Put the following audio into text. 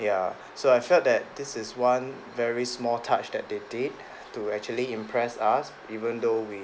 ya so I felt that this is one very small touch that they did to actually impress us even though we